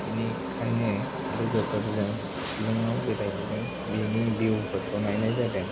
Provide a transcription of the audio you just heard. बेनिखायनो लोगोफोरजों शिलंआव बेरायहैदों बेनि भिउ फोरखौ नायनाय जादों